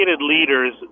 leaders